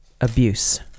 abuse